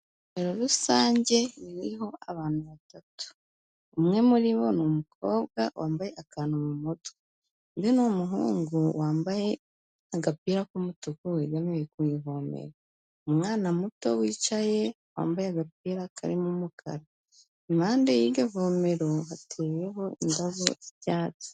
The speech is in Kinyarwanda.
Ivomo rusange ririho abantu batatu. Umwe muribo ni umukobwa wambaye akantu mu mutwe, undi ni umuhungu wambaye agapira k'umutuku, wegamiye ku ivomera. Umwana muto wicaye, wambaye agapira karimo umukara. Impande y'iryo vomero, bateyeho indabo z'icyatsi.